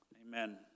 Amen